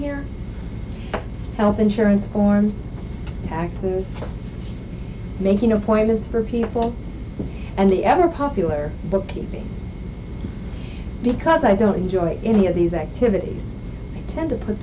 here health insurance forms tax and making appointments for people and the ever popular bookkeeping because i don't enjoy any of these activities tend to put